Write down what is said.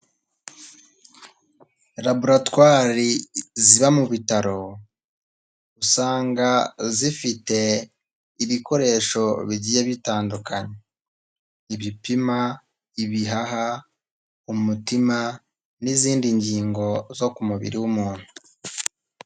Raboratwari ziba mu bitaro usanga zifite ibikoresho bigiye bitandukanye, ibipima ibihaha, umutima n'izindi ngingo zo ku mubiri w'umuntu.